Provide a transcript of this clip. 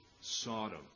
Sodom